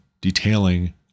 detailing